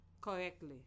correctly